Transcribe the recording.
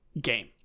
game